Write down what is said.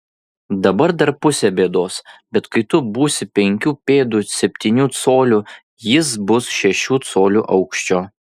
dabar dar pusė bėdos bet kai tu būsi penkių pėdų septynių colių jis bus šešių colių aukščio